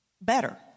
better